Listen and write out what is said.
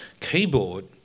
keyboard